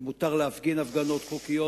מותר להפגין הפגנות חוקיות,